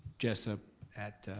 jessup at